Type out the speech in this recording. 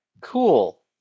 cool